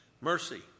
mercy